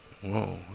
Whoa